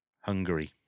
Hungary